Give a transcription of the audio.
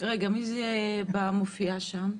מי מופיע שם?